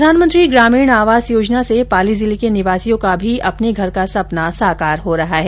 प्रधानमंत्री ग्रामीण आवास योजना से पाली जिले के निवासियों का भी अपने घर का सपना साकार हो रहा है